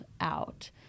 out